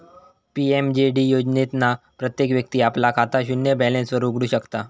PMJD योजनेतना प्रत्येक व्यक्ती आपला खाता शून्य बॅलेंस वर उघडु शकता